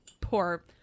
poor